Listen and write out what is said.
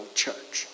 church